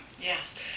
Yes